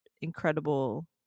incredible